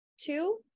two